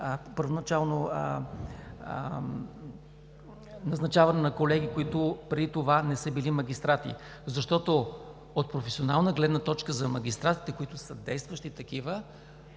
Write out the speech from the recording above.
първоначално назначаване на колеги, които преди това не са били магистрати. От професионална гледна точка за магистратите, които са действащи такива,